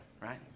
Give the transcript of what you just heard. right